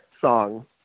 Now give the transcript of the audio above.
song